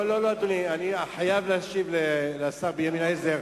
לא, אדוני, אני חייב להשיב לשר בן-אליעזר.